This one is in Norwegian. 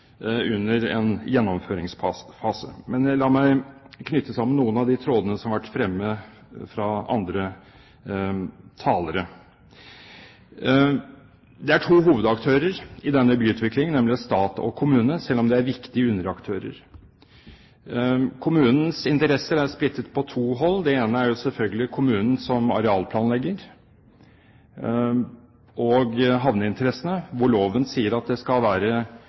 under en gjennomføringsfase. Men la meg knytte sammen noen av de trådene som har vært fremme fra andre talere. Det er to hovedaktører i denne byutviklingen, nemlig stat og kommune, selv om det er viktige underaktører. Kommunens interesser er splittet på to hold. Det ene er selvfølgelig kommunen som arealplanlegger og havneinteressene, hvor loven sier at det skal være